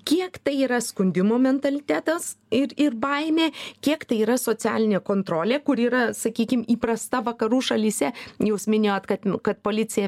kiek tai yra skundimo mentalitetas ir ir baimė kiek tai yra socialinė kontrolė kuri yra sakykim įprasta vakarų šalyse jūs minėjot kad kad policija